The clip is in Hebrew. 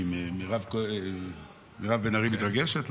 מה, מירב בן ארי מתרגשת?